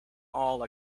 all